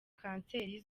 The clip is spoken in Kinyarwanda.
kanseri